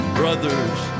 brothers